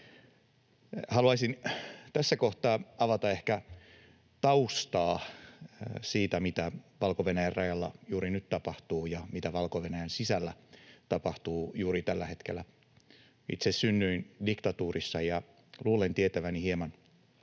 Haluaisin tässä kohtaa avata ehkä taustaa siitä, mitä Valko-Venäjän rajalla juuri nyt tapahtuu ja mitä Valko-Venäjän sisällä tapahtuu juuri tällä hetkellä. Itse synnyin diktatuurissa ja luulen tietäväni hieman